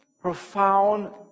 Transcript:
profound